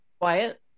Quiet